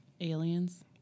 Aliens